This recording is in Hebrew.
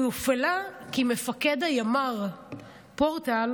היא הופעלה כי מפקד הימ"ר פורטל